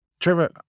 Trevor